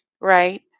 right